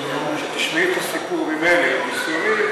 כשתשמעי את הסיפור ממני ומניסיוני,